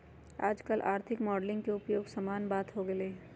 याजकाल आर्थिक मॉडलिंग के उपयोग सामान्य बात हो गेल हइ